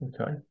okay